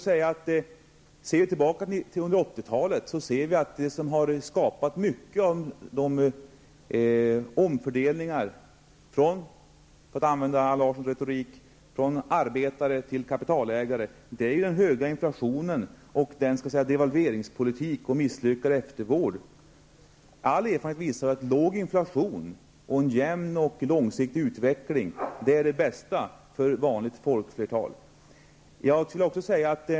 Om man ser tillbaka på 1980-talet kan man se att det som har skapat omfördelningar från -- för att använda Allan Larssons retorik -- arbetare till kapitalägare är den höga inflationen, den misslyckade eftervården och devalveringspolitiken. All erfarenhetet visar ju att låg inflation och en jämn och långsiktig utveckling är det bästa för folkflertalet.